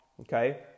okay